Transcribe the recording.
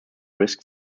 risk